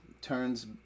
turns